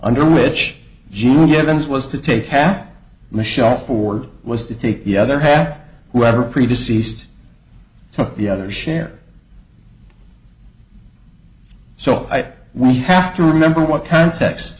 under which gene givens was to take half michelle ford was to take the other half whether pretty deceased to the other share so we have to remember what context